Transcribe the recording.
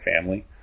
family